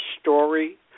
story